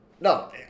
no